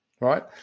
right